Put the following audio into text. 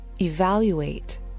Evaluate